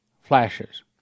flashes